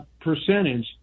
percentage